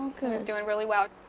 kind of doing really well.